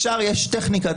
יש טכניקה,